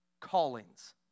callings